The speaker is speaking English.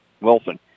Wilson